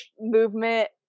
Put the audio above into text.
movement